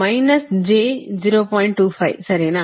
25 ಸರಿನಾ